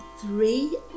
three